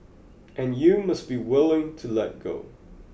and you must be willing to let go